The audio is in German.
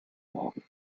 morgen